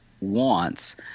wants